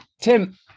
tim